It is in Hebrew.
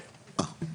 אה,